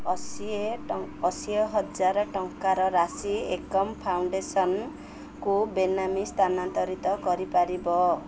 ଅଶୀଏ ଅଶୀ ହଜାର ଟଙ୍କାର ରାଶି ଏକମ୍ ଫାଉଣ୍ଡେସନ୍କୁ ବେନାମୀ ସ୍ଥାନାନ୍ତରିତ କରିପାରିବ